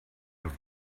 have